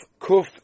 Kuf